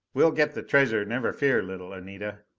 we'll get the treasure. never fear, little anita.